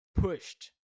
pushed